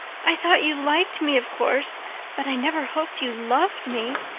i thought you liked me of course but i never hoped you loved me.